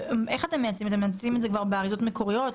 אתם מייצאים את זה באריזות מקוריות?